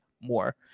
more